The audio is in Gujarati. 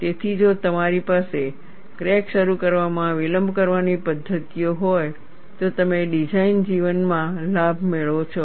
તેથી જો તમારી પાસે ક્રેક શરૂ કરવામાં વિલંબ કરવાની પદ્ધતિઓ હોય તો તમે ડિઝાઇન જીવનમાં લાભ મેળવો છો